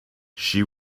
she